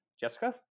Jessica